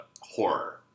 Horror